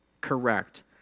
Correct